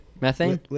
Methane